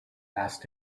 asked